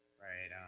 right,